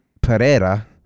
Pereira